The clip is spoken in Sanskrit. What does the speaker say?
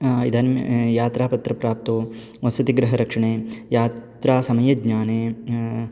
इदानीं यात्रापत्रप्राप्तौ वसतिगृहरक्षणे यात्रा समय ज्ञाने